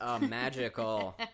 magical